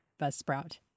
Buzzsprout